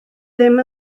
ddim